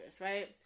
right